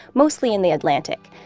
mostly in the atlantic,